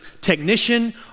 technician